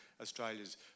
Australia's